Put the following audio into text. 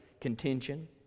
contention